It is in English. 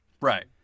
Right